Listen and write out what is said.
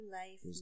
life